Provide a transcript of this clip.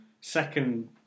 second